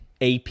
AP